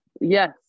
yes